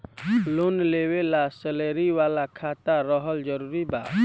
Loan लेवे ला salary वाला खाता रहल जरूरी बा?